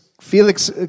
Felix